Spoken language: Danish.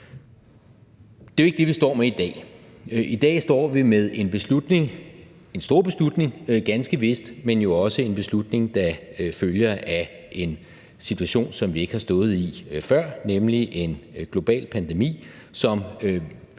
Det er jo ikke det, vi står med i dag. I dag står vi med en beslutning – en stor beslutning ganske vist – der følger af en situation, som vi ikke har stået i før, nemlig en global pandemi, som